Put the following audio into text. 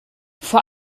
vor